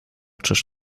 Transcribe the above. czyż